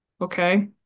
Okay